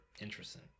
Interesting